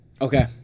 Okay